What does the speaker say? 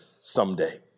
someday